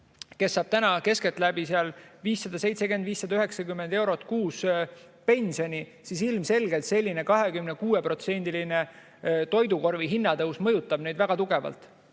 kes saab keskeltläbi 570–590 eurot kuus pensioni, ilmselgelt selline 26%-line toidukorvi hinnatõus mõjub väga tugevalt.